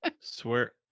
Swear